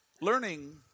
Learning